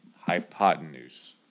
Hypotenuse